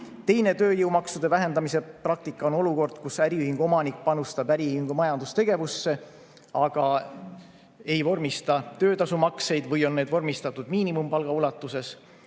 Teine tööjõumaksude vähendamise praktika on olukord, kus äriühingu omanik panustab äriühingu majandustegevusse, aga ei vormista töötasumakseid või need on vormistatud miinimumpalga ulatuses.